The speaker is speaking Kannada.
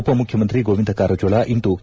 ಉಪ ಮುಖ್ಯಮಂತ್ರಿ ಗೋವಿಂದ ಕಾರಜೋಳ ಇಂದು ಕೆ